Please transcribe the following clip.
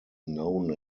known